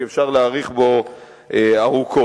כי אפשר לדון בזה ארוכות,